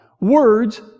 Words